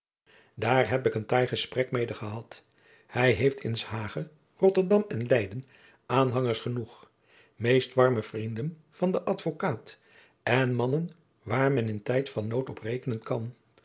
daar heb ik een taai gesprek mede gehad hij heeft in s hage rotterdam en leyden aanhangers genoeg meest warme vrienden van den advokaat en mannen waar men in tijd van nood op rekenen kan